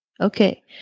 Okay